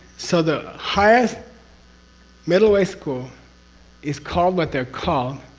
so, the highest middle way school is called what they're called,